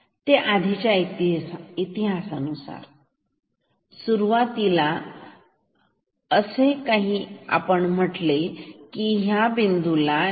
ते आधीच्या इतिहासानुसार आधी काय झाले आहेत याच्यावर हे ठरेल